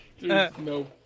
no